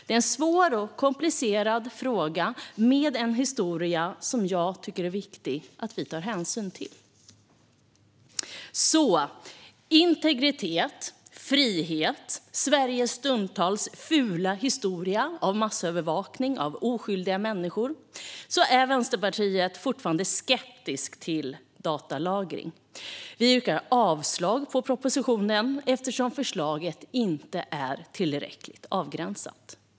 Det är en svår och komplicerad fråga med en historia som jag tycker att det är viktigt att vi tar hänsyn till. Med tanke på integritet, frihet och Sveriges stundtals fula historia av massövervakning av oskyldiga människor är Vänsterpartiet fortfarande skeptiskt till datalagring. Vi yrkar avslag på propositionen eftersom förslaget inte är tillräckligt avgränsat.